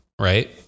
right